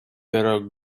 better